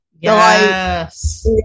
yes